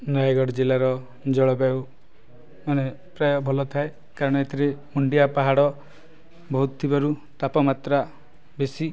ନୟାଗଡ଼ ଜିଲ୍ଲାର ଜଳବାୟୁ ମାନେ ପ୍ରାୟ ଭଲ ଥାଏ କାରଣ ଏଥିରେ ମୁଣ୍ଡିଆ ପାହାଡ଼ ବହୁତ ଥିବାରୁ ତାପମାତ୍ରା ବେଶି